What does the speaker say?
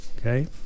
Okay